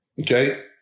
okay